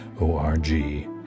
o-r-g